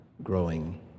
growing